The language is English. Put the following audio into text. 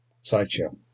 Sideshow